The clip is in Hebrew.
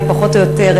פחות או יותר,